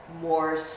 more